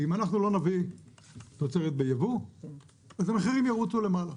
ואם אנחנו לא נביא תוצרת ביבוא אז המחירים ירוצו למעלה.